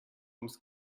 ums